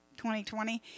2020